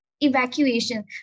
evacuation